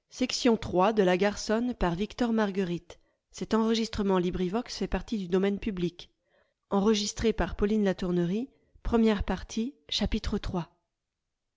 de la matière